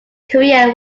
career